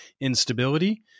instability